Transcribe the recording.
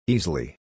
Easily